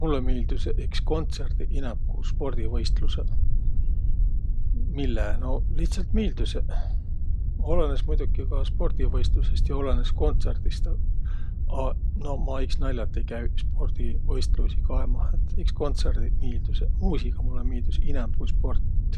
Mullõ miildüseq iks kontsõrdi inämb ku spordivõistlusõq. Mille? No lihtsält miildüseq. Olõnõs muidoki ka spordivõistlusõst ja olõnõs kontsõrdist, a no ma iks nal'alt ei käüq spordivõistluisi kaemah. Et iks kontsõrdiq miildüseq. Muusiga mullõ miildüs inämb ku sport